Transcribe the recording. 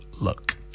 look